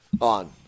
on